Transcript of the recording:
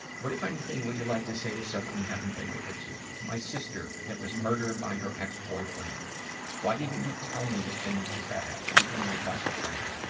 what, if anything, would you like to say to someone you haven't been able to? to my sister that was murdered by her ex-boyfriend why didn't you tell me that things were bad? you were my best friend.